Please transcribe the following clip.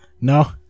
no